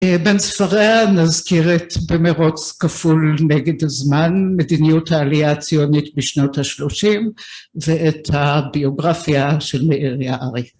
בן ספריה נזכיר את במרוץ כפול נגד הזמן, מדיניות העלייה הציונית בשנות ה-30 ואת הביוגרפיה של מאיר יערי.